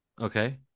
okay